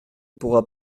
pourra